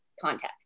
context